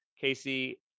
Casey